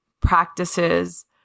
practices